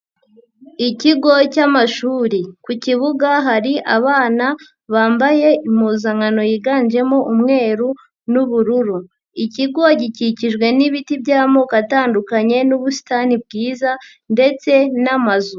Ikigo cy'amashuri. Ku kibuga hari abana, bambaye impuzankano yiganjemo umweru n'ubururu. Ikigo gikikijwe n'ibiti by'amoko atandukanye n'ubusitani bwiza ndetse n'amazu.